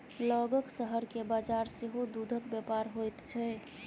लगक शहर के बजार सेहो दूधक बजार होइत छै